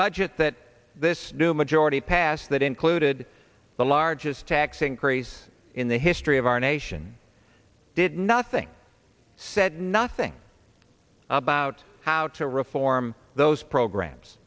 budget that this new majority passed that included the largest tax increase in the history of our nation did nothing said nothing about how to reform those programs